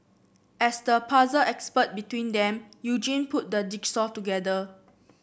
as the puzzle expert between them Eugene put the jigsaw together